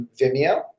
Vimeo